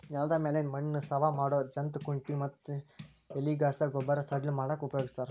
ನೆಲದ ಮ್ಯಾಲಿನ ಮಣ್ಣ ಸವಾ ಮಾಡೋ ಜಂತ್ ಕುಂಟಿ ಮತ್ತ ಎಲಿಗಸಾ ಗೊಬ್ಬರ ಸಡ್ಲ ಮಾಡಾಕ ಉಪಯೋಗಸ್ತಾರ